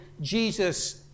Jesus